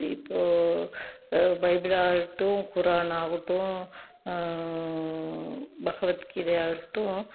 இப்போது பைபிளாகட்டும் குரானாகட்டும் பகவத் கீதை ஆகட்டும்